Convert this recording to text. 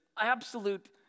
absolute